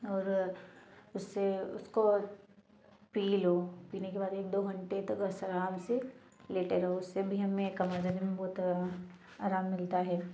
और उससे उसको पी लो पीने के बाद एक दो घंटे तक बस आराम से लेते रहो उससे भी हमें कमर दर्द में बहुत आराम मिलता है